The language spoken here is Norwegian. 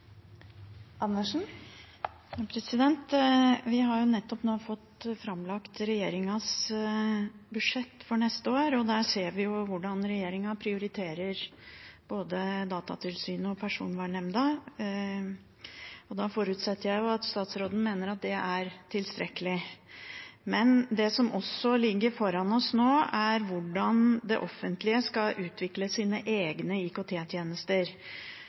der ser vi hvordan regjeringen prioriterer både Datatilsynet og Personvernnemnda, og da forutsetter jeg jo at statsråden mener at det er tilstrekkelig. Men det som også ligger foran oss nå, er hvordan det offentlige skal utvikle sine egne